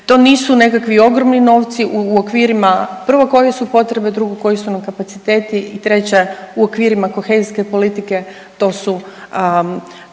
to nisu nekakvi ogromni novci u okvirima prvog ovdje su potrebe drugog koji su nam kapacitete i treće u okvirima kohezijske politike to su